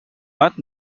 vingt